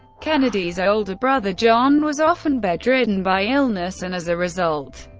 kennedy's older brother john was often bedridden by illness and, as a result,